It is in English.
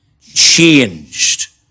changed